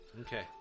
okay